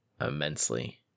immensely